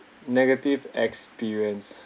negative experience